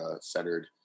centered